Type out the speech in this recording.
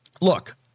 look